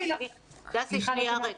שנייה רגע.